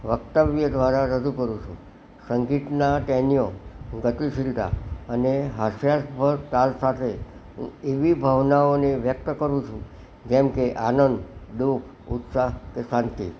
વક્તવ્ય દ્વારા રજૂ કરું છું સંગીતના ટેનીઓ ગતિસિલતા અને હાસ્યાસ્પદ તાલ સાથે હું એવી ભાવનાઓને વ્યક્ત કરું છું જેમકે આનંદ દુ ખ ઉત્સાહ કે શાંતિ